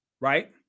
right